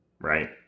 Right